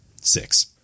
six